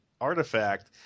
artifact